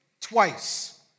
twice